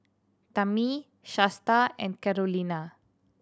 Tammi Shasta and Carolina